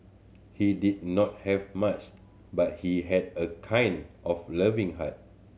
he did not have much but he had a kind of loving heart